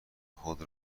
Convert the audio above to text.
خود